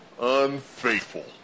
unfaithful